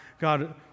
God